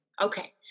Okay